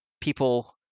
people